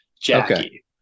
jackie